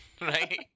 right